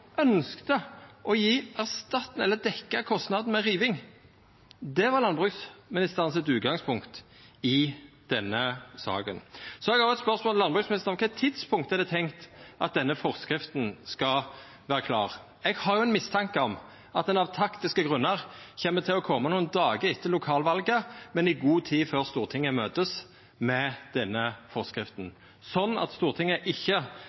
denne saka. Eg har også eit spørsmål til landbruksministeren: Kva tidspunkt er det tenkt at denne forskrifta skal vera klar? Eg har ein mistanke om at ein av taktiske grunnar kjem til å koma nokre dagar etter lokalvalet, men i god tid før Stortinget møtest, med denne forskrifta, slik at Stortinget ikkje